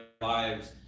lives